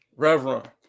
Reverend